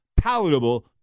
palatable